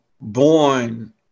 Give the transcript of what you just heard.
born